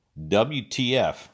WTF